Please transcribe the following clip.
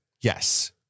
Yes